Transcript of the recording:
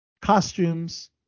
costumes